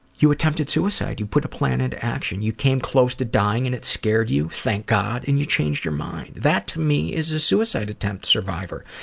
you attempted suicide. you put a plan into action. you came close to dying and it scared you, thank god, and you changed your mind. that to me is a suicide attempt survivor.